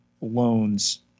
loans